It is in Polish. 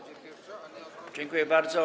Dziękuję bardzo.